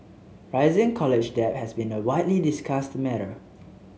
rising college debt has been a widely discussed matter